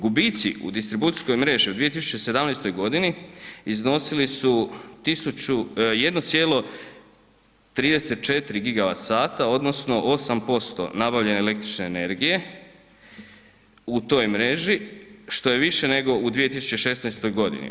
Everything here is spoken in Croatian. Gubitci u distribucijskoj mreži u 2017. godini iznosili su 1,34 GWh, odnosno 8% nabavljene električne energije u toj mreži, što je više nego u 2016. godini.